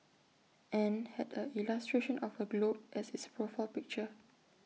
and had A illustration of A globe as its profile picture